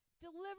Deliver